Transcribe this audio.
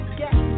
get